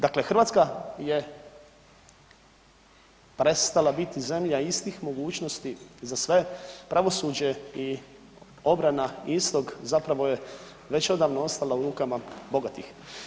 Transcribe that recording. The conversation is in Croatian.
Dakle Hrvatska je prestala biti zemlja istih mogućnosti za sve, pravosuđe i obrana istog, zapravo je već odavno ostala u rukama bogatih.